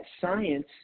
science